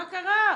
מה קרה?